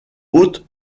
haute